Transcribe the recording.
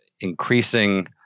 increasing